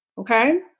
Okay